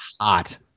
hot